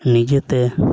ᱱᱤᱡᱮᱛᱮ